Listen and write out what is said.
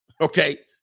Okay